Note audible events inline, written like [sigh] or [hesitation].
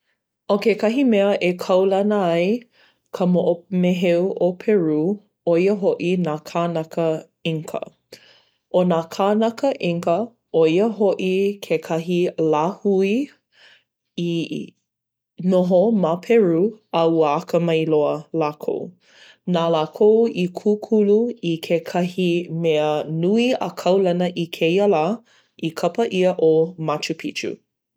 ʻO kekahi mea e kaulana ai ka moʻo [hesitation] meheu ʻo Peru ʻo ia hoʻi nā kānaka Inca. ʻO nā kānaka Inca, ʻo ia hoʻi kekahi lāhui [hesitation] i [hesitation] noho ma Peru a ua akamai loa lākou. Na lākou i kūkulu i kekahi mea nui a kaulana i kēia lā, i kapa ʻia ʻo Machu Picchu.